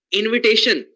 invitation